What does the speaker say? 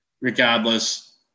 regardless